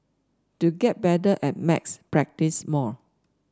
to get better at maths practise more